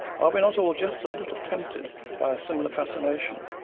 are we not all just a little tempted by a similar fascination,